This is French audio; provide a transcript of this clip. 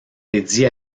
dédié